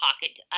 pocket